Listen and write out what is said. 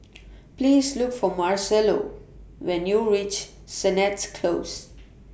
Please Look For Marcello when YOU REACH Sennett Close